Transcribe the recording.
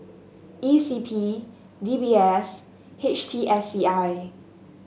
E C P D B S H T S C I